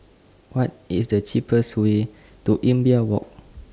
What IS The cheapest Way to Imbiah Walk